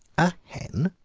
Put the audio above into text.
a hen?